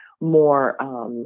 more